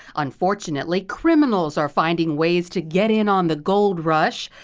unfortunately, criminals are finding ways to get in on the gold rush.